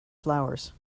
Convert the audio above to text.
flowers